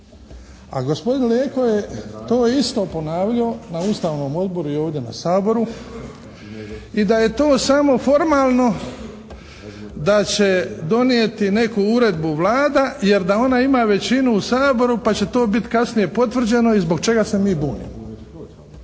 A gospodin Leko je to isto ponavljao na Ustavnom odboru i ovdje na Saboru i da je to samo formalno da će donijeti neku uredbu Vlada jer da ona ima većinu u Saboru pa će to biti kasnije potvrđeno i zbog čega se mi bunimo.